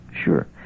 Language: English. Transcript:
sure